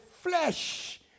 flesh